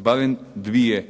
barem dvije